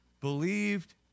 believed